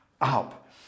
up